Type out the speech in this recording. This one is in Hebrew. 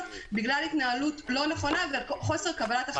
בגלל התנהלות לא נכונה וחוסר קבלת החלטות.